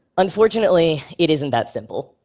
unfortunately, it isn't that simple.